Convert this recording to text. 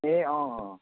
ए अँ अँ अँ